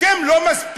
אתם לא מספיקים,